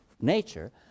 Nature